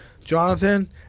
Jonathan